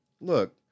look